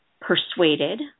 persuaded